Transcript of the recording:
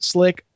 Slick